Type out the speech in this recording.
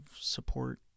support